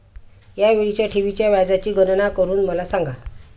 या वेळीच्या ठेवीच्या व्याजाची गणना करून मला सांगा